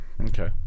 okay